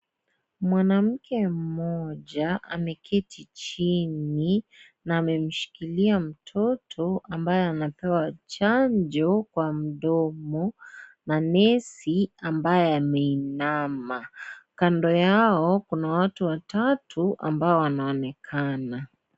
Mwanamke mmoja ameketi chini na amemshikilia mtoto ambaye anapewa chanjo kwa mdomo, na nesi ambaye ameinama kando yao kuna watu watatu ambao wanaonekana .